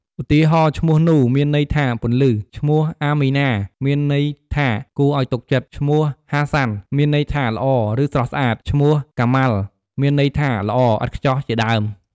ឧទាហរណ៍ ឈ្មោះ នូ មានន័យថាពន្លឺ, ឈ្មោះ អាមីណា មានន័យថាគួរឱ្យទុកចិត្ត, ឈ្មោះហាសាន មានន័យថាល្អឬស្រស់ស្អាត, និងកាម៉ាល់ មានន័យថាល្អឥតខ្ចោះជាដើម។